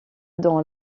dans